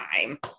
time